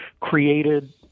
created